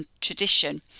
tradition